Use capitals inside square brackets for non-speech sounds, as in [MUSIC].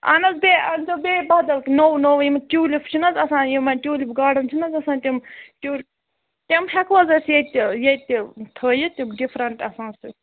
اہن حظ بیٚیہِ أنۍزیو بیٚیہِ بَدل نوٚو نوٚو یِم ٹیوٗلِپ چھِ نہٕ حظ آسان یِمن ٹیوٗلِپ گاڈَن چھِ نہٕ حظ آسان تِم [UNINTELLIGIBLE] تِم ہٮ۪کوٕ حظ أسۍ ییٚتہِ تہِ ییٚتہِ تہِ تھٲیِتھ تِم ڈِفرنٹ آسان [UNINTELLIGIBLE]